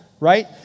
right